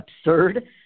absurd